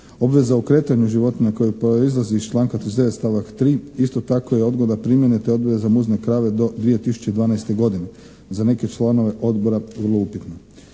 obveza o kretanju životinju koja proizlazi iz članka 39. stavak 3. isto tako je odgoda primjene te odgoda za muzne krave do 2012. godine, za neke članove odbora vrlo upitno.